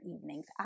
evenings